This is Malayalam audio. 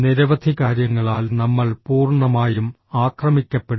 നിരവധി കാര്യങ്ങളാൽ നമ്മൾ പൂർണ്ണമായും ആക്രമിക്കപ്പെടുന്നു